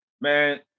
Man